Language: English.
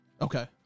Okay